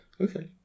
Okay